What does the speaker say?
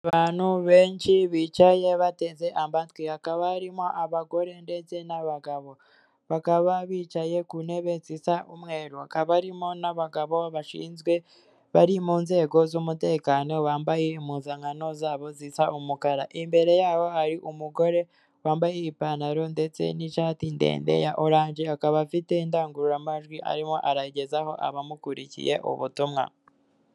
Abantu benshi bicaye bateze amatwi hakaba harimo abagore ndetse n'abagabo bakaba bicaye ku ntebe zisa umweru hakaba barimo n'abagabo bashinzwe bari mu nzego z'umutekano bambaye impuzankano zabo zisa umukara imbere yabo hari umugore wambaye ipantaro ndetse n'ishati ndende ya oranje akaba afite indangururamajwi arimo arayigezaho abamukurikiye ubutumwa.